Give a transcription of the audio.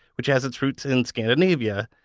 which has its roots in scandinavia.